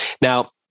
now